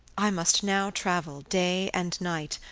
i must now travel day and night,